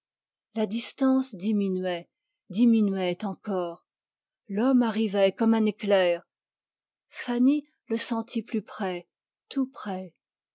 la distance diminuait diminuait encore l'homme arrivait comme un éclair fanny le sentit plus près tout près